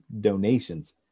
donations